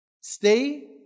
stay